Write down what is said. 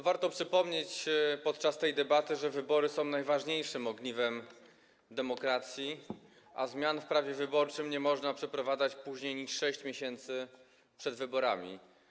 Warto przypomnieć podczas tej debaty, że wybory są najważniejszym ogniwem demokracji, a zmian w prawie wyborczym nie można przeprowadzać później niż 6 miesięcy przed wyborami.